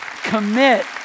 Commit